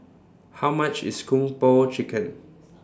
How much IS Kung Po Chicken